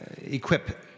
equip